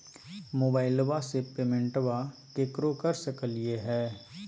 मोबाइलबा से पेमेंटबा केकरो कर सकलिए है?